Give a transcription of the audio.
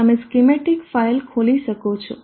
તમે schematic file ખોલી શકો છો